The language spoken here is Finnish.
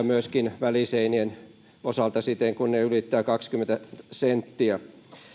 myöskin väliseinien osalta siltä osin kun ne ylittävät kaksikymmentä senttiä